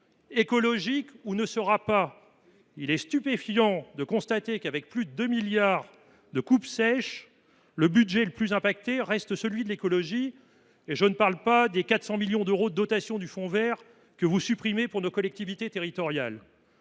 écologique ou ne sera pas », il est stupéfiant de constater que, avec plus de 2 milliards d’euros de coupes sèches, le budget le plus impacté reste celui de l’écologie. Sans parler des 400 millions d’euros de dotation du fonds vert que vous supprimez pour nos collectivités territoriales